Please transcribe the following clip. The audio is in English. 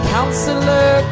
Counselor